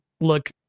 look